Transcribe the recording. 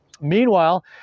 Meanwhile